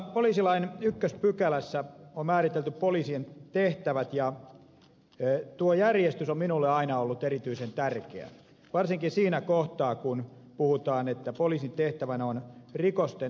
poliisilain ykköspykälässä on määritelty poliisien tehtävät ja tuo järjestys on minulle aina ollut erityisen tärkeä varsinkin siinä kohtaa kun puhutaan että poliisin tehtävänä on rikosten ennalta estäminen